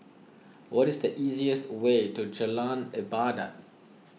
what is the easiest way to Jalan Ibadat